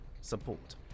support